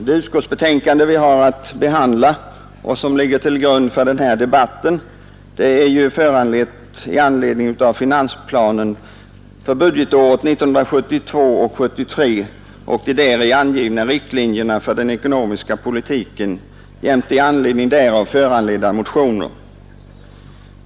Det utskottsbetänkande som vi har att behandla och som ligger till grund för den här debatten är föranlett av finansplanen för budgetåret 1972/73 och de däri angivna riktlinjerna för den ekonomiska politiken jämte motioner i anledning därav.